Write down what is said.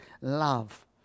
love